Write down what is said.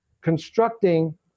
constructing